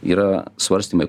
yra svarstymai